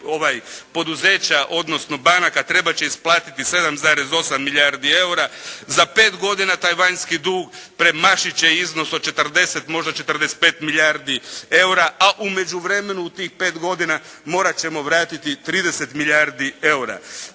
odnosno banaka trebat će isplatiti 7,8 milijardi EUR-a. Za 5 godina taj vanjski dug premašit će iznos od 40 možda 45 milijardi EUR-a, a u međuvremenu u tih 5 godina morat ćemo vratiti 30 milijardi EUR-a.